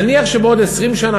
נניח שבעוד 20 שנה,